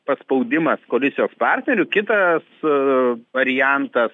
paspaudimas koalicijos partnerių kitas variantas